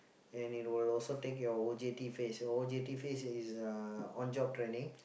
and it will also take your O_J_T phase your O_J_T phase is uh on job training